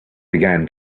began